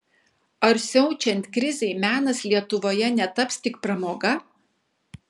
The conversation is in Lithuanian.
ar siaučiant krizei menas lietuvoje netaps tik pramoga